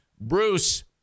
Bruce